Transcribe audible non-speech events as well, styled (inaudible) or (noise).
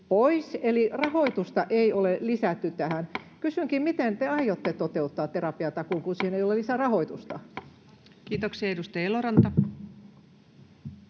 eli rahoitusta ei ole lisätty tähän. Kysynkin: miten te aiotte toteuttaa terapiatakuun, (noise) kun siellä ei ole lisärahoitusta? Kiitoksia. — Edustaja Eloranta.